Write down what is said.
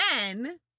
then-